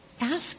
Ask